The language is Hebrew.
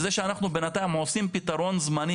זה שאנחנו בינתיים עושים פתרון זמני,